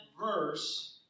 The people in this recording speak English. verse